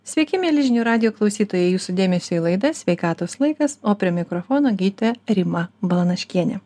sveiki mieli žinių radijo klausytojai jūsų dėmesiui laida sveikatos laikas o prie mikrofono gydytoja rima balanaškienė